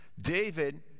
David